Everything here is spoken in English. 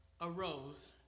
arose